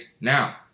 now